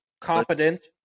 competent